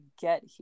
get